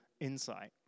insight